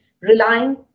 relying